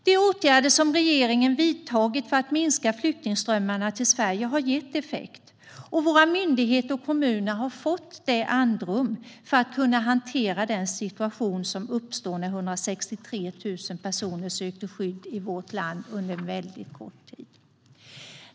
De åtgärder regeringen har vidtagit för att minska flyktingströmmarna till Sverige har gett effekt, och våra myndigheter och kommuner har fått det andrum som behövs för att hantera den situation som uppstod när 163 000 personer sökte skydd i vårt land under väldigt kort tid.